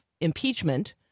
impeachment